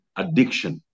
addiction